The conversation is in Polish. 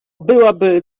byłaby